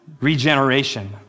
regeneration